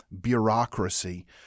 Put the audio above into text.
bureaucracy